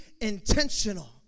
intentional